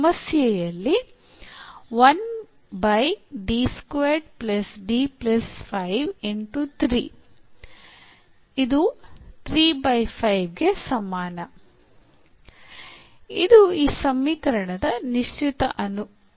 ಸಮಸ್ಯೆಯಲ್ಲಿ ಇದು ಈ ಸಮೀಕರಣದ ನಿಶ್ಚಿತ ಅನುಕಲನವಾಗಿದೆ